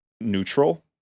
neutral